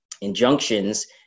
Injunctions